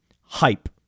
Hype